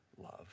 love